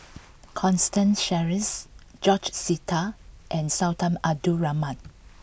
Constance Sheares George Sita and Sultan Abdul Rahman